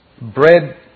bread